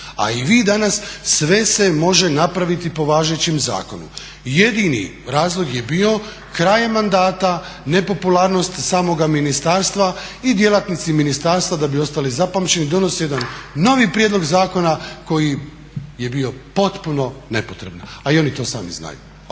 a i vi danas, sve se može napraviti po važećem zakonu. Jedini razlog je bio kraj mandata, nepopularnost samoga ministarstva i djelatnici ministarstva da bi ostali zapamćeni donose jedan novi prijedlog zakona koji je bio potpuno nepotreban. A i oni to sami znaju.